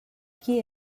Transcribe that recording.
qui